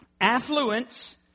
Affluence